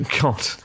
God